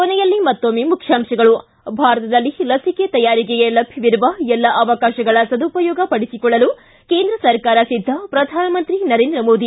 ಕೊನೆಯಲ್ಲಿ ಮತ್ತೊಮ್ಮೆ ಮುಖ್ಯಾಂಶಗಳು ಿ ಭಾರತದಲ್ಲಿ ಲಸಿಕೆ ತಯಾರಿಕೆಗೆ ಲಭ್ಯವಿರುವ ಎಲ್ಲ ಅವಕಾಶಗಳ ಸದುಪಯೋಗ ಪಡಿಸಿಕೊಳ್ಳಲು ಕೇಂದ್ರ ಸರ್ಕಾರ ಸಿದ್ಧ ಪ್ರಧಾನಮಂತ್ರಿ ನರೇಂದ್ರ ಮೋದಿ